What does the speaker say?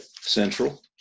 Central